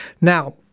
Now